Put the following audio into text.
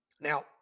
Now